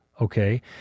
okay